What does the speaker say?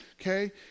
okay